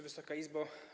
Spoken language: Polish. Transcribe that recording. Wysoka Izbo!